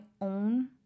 own